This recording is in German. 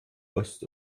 ost